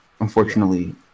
unfortunately